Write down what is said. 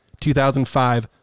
2005